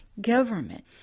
government